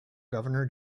governor